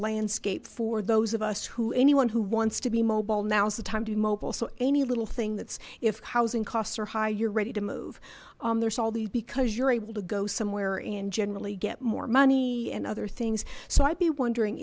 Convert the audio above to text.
landscape for those of us who anyone who wants to be mobile now's the time to be mobile so any little thing that's if housing costs are high you're ready to move there's all these because you're able go somewhere and generally get more money and other things so i'd be wondering